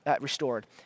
restored